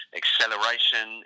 acceleration